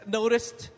noticed